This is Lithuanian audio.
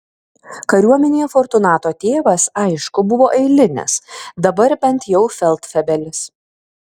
kariuomenėje fortunato tėvas aišku buvo eilinis dabar bent jau feldfebelis